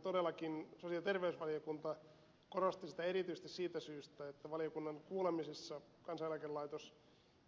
sosiaali ja terveysvaliokunta korosti sitä erityisesti siitä syystä että valiokunnan kuulemisessa kansaneläkelaitos